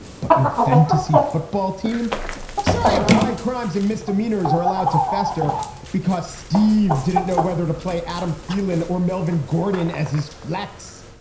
but your fantasy football team silly of high crimes and misdemeanors are allowed to fester because steve didn't know whether to play adam thielen or melvin gordon as his flacks.